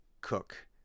cook